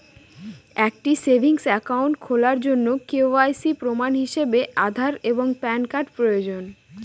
একটি savings account খোলার জন্য কে.ওয়াই.সি প্রমাণ হিসাবে আধার এবং প্যান কার্ড প্রয়োজন